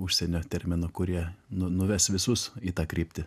užsienio terminu kurie nu nuves visus į tą kryptį